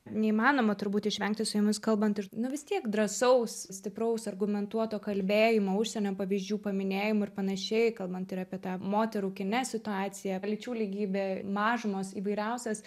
neįmanoma turbūt išvengti su jumis kalbant ir nu vis tiek drąsaus stipraus argumentuoto kalbėjimo užsienio pavyzdžių paminėjimų ir panašiai kalbant ir apie tą moterų kine situaciją lyčių lygybę mažumos įvairiausios